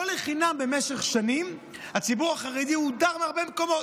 לא לחינם במשך שנים הציבור החרדי הודר מהרבה מקומות.